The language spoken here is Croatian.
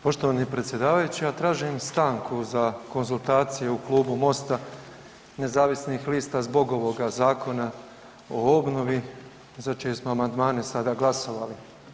Poštovani predsjedavajući, ja tražim stranku za konzultacije u Klubu MOST-a nezavisnih lista zbog ovoga Zakona o obnovi za čije smo amandmane sada glasovali.